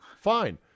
fine